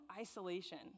isolation